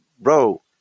bro